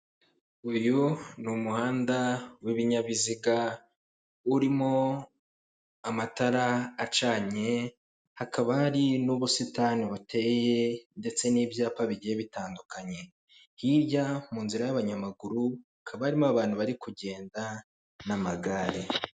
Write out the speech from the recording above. Uyu ni umuhanda w'ibinyabiziga urimo amatara acanye, hakaba hari n'ubusitani buteye ndetse n'ibyapa bigiye bitandukanye, hirya mu nzira y'abanyamaguru hakaba harimo abantu bari kugenda n'amagare.